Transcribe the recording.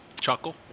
chuckle